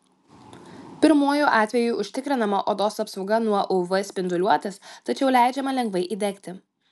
pirmuoju atveju užtikrinama odos apsauga nuo uv spinduliuotės tačiau leidžiama lengvai įdegti